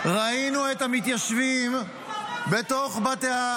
-- ראינו את המתיישבים בתוך בתי הפלסטינים.